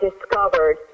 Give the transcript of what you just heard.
discovered